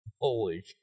Holy